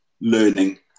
learning